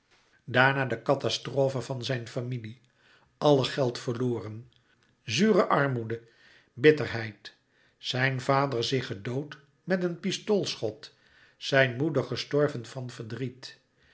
daarna de catastrofe van zijn familie alle geld verloren zure armoede bitterheid zijn vader zich gedood met een pistoolschot zijn moeder gestorven van verdriet